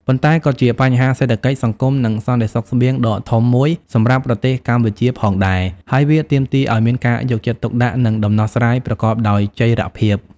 ប៉ុន្តែក៏ជាបញ្ហាសេដ្ឋកិច្ច សង្គម និងសន្តិសុខស្បៀងដ៏ធំមួយសម្រាប់ប្រទេសកម្ពុជាផងដែរ ហើយវាទាមទារឱ្យមានការយកចិត្តទុកដាក់ និងដំណោះស្រាយប្រកបដោយចីរភាព។